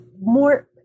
more